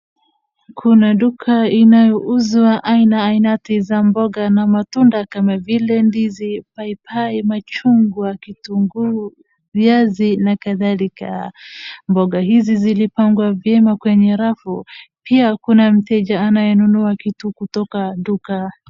Kuna duka inauzwa aina ainati za mboga na matunda kama vile ndizi, paipai, machungwa, kitunguu, viazi na kadhalika. Mboga hizi zilipangwa vyema kwenye rafu, pia kuna mteja anayenunua kitu kutoka duka.